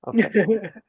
Okay